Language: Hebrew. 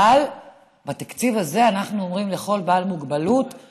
אבל בתקציב הזה אנחנו אומרים לכל בעלי המוגבלות: